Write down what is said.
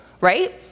right